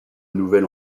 nouvel